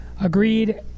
Agreed